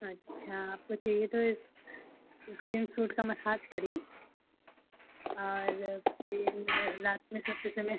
अच्छा आपको चहिए तो ए इस क्रीम फ्रूट का मसाज़ करिए और फिर रात में सोते समय